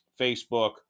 Facebook